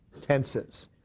tenses